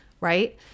right